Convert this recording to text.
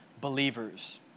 believers